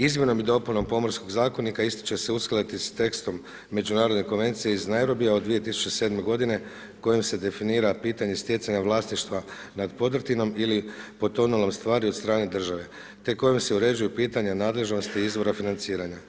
Izmjenom i dopunom Pomorskog zakonika isti će se uskladiti s tekstom međunarodne Konvencije iz Nairobija od 2007. g. kojom se definira pitanje stjecanja vlasništva nad ... ili potonulom stvari od strane države te kojom se uređuju pitanja nadležnosti izvora financiranja.